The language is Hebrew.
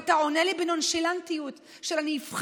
ואתה עונה לי בנונשלנטיות של המבחן.